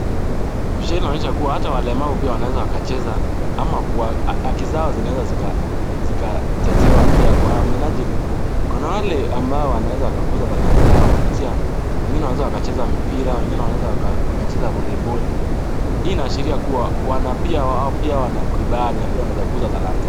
Walemavu pia wanaweza wakacheza ama haki zao zinaweza tetewa kwa minajili kuna wale ambao wanaweza kuza taranta yao kupitia kwa kucheza mpira, volley ball .Hii inaashiria kuwa wana kibali na wanaweza kuza taranta yao.